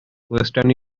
western